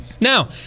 Now